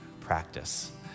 practice